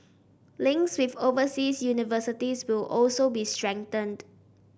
links with overseas universities will also be strengthened